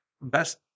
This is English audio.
best